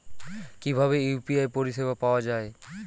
কিভাবে ইউ.পি.আই পরিসেবা পাওয়া য়ায়?